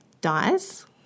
dies